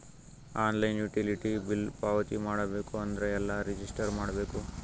Online utility bill ಪಾವತಿ ಮಾಡಬೇಕು ಅಂದ್ರ ಎಲ್ಲ ರಜಿಸ್ಟರ್ ಮಾಡ್ಬೇಕು?